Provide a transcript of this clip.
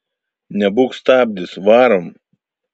nebūk stabdis varom